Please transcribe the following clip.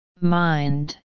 Mind